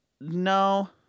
no